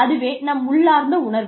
அதுவே நம் உள்ளார்ந்த உணர்வு